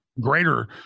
greater